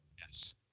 Yes